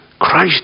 Christ